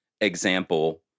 example